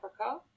Africa